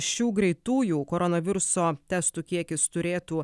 šių greitųjų koronaviruso testų kiekis turėtų